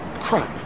crap